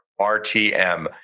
RTM